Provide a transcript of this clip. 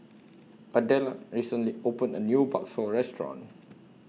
Adella recently opened A New Bakso Restaurant